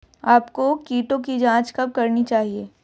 आपको कीटों की जांच कब करनी चाहिए?